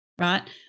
right